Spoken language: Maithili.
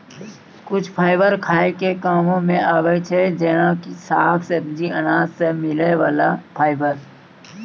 कुछ फाइबर खाय के कामों मॅ आबै छै जेना कि साग, सब्जी, अनाज सॅ मिलै वाला फाइबर